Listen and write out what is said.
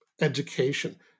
education